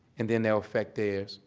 and then they'll affect theirs.